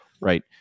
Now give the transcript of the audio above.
right